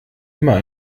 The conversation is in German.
immer